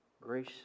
grace